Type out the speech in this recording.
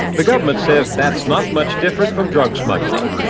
the government says that's not much different from drug smuggling.